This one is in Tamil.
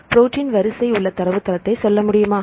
புரோட்டின் வரிசை உள்ள தரவுத்தளத்தை சொல்ல முடியுமா